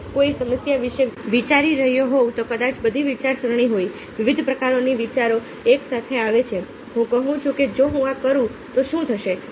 જો હું કોઈ સમસ્યા વિશે વિચારી રહ્યો હોઉં તો કદાચ બધી વિચારસરણી હોય વિવિધ પ્રકારના વિચારો એક સાથે આવે છે હું કહું છું કે જો હું આ કરું તો શું થશે